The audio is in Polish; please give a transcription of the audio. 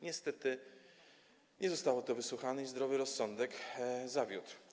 Niestety nie zostało to wysłuchane i zdrowy rozsądek zawiódł.